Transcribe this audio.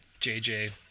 jj